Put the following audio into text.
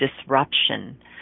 disruption